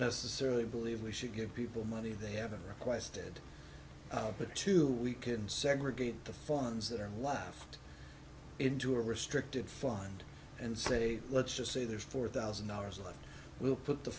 necessarily believe we should give people money they haven't requested but to we can segregate the funds that are left into a restricted fund and say let's just say there's four thousand dollars left we'll put the